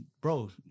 bro